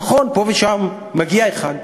נכון, פה ושם מגיע אחד.